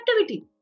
activity